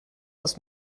das